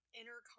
inner